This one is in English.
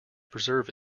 preserve